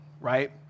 right